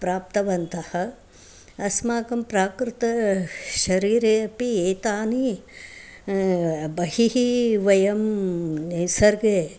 प्राप्तवन्तः अस्माकं प्राकृतशरीरे अपि एतानि बहिः वयं निसर्गे